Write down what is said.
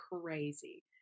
crazy